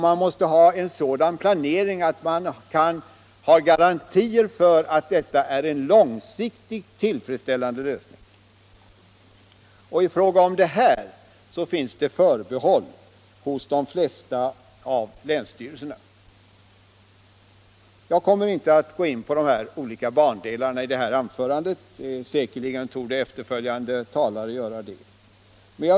Man måste ha en sådan planering att man har garantier för att det är en på lång sikt tillfredsställande lösning. I fråga om detta finns det förbehåll i de flesta länsstyrelseyttrandena. Jag kommer inte i detta anförande att gå in på de olika bandelarna. Efterföljande torde göra detta.